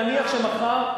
נניח שמחר,